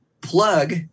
Plug